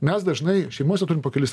mes dažnai šeimose turime po kelis